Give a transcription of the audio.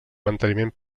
manteniment